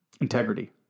Integrity